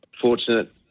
fortunate